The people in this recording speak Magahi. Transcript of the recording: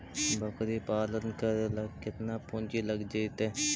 बकरी पालन करे ल केतना पुंजी लग जितै?